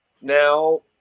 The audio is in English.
now